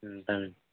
ఉంటానండి